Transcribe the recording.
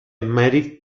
mary